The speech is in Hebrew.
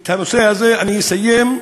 את הנושא הזה אני מסיים,